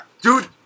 Dude